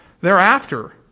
thereafter